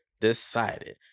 decided